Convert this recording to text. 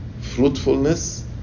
fruitfulness